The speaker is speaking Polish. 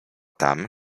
tam